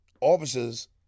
officers